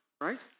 right